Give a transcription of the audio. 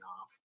off